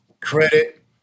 credit